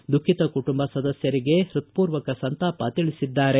ದುಃಖಿತ ಕುಟುಂಬ ಸದಸ್ಕರಿಗೆ ನನ್ನ ಹ್ಲತ್ಪೂರ್ವಕ ಸಂತಾಪ ತಿಳಿಸಿದ್ದಾರೆ